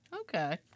Okay